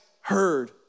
heard